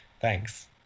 thanks